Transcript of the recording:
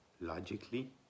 logically